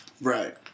Right